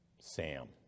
Sam